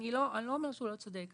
אני לא אומר שהוא לא צודק,